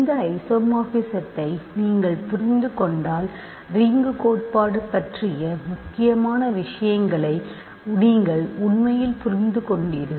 இந்த ஐசோமார்பிஸத்தை நீங்கள் புரிந்து கொண்டால் ரிங் கோட்பாடு பற்றிய முக்கியமான விஷயங்களை நீங்கள் உண்மையில் புரிந்து கொண்டீர்கள்